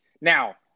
Now